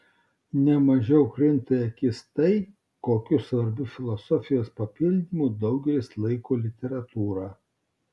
ne mažiau krinta į akis tai kokiu svarbiu filosofijos papildymu daugelis laiko literatūrą